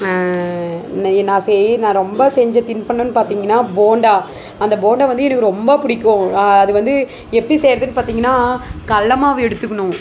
நான் செய் நா ரொம்ப செஞ்ச தின்பண்டம்னு பார்த்திங்கன்னா போண்டா அந்த போண்டா வந்து எனக்கு ரொம்ப பிடிக்கும் அது வந்து எப்படி செய்கிறதுன்னு பார்த்திங்கன்னா கடலமாவு எடுத்துக்கணும்